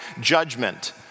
judgment